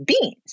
beans